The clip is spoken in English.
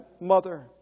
mother